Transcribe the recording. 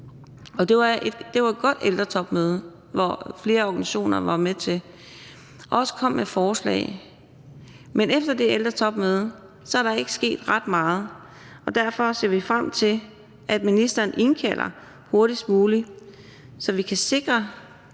det var et godt ældretopmøde, hvor flere organisationer var med og også kom med forslag, men efter det ældretopmøde er der ikke sket ret meget. Derfor ser vi frem til, at ministeren indkalder til forhandlinger hurtigst muligt, så vi kan sikre